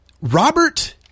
Robert